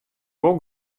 wol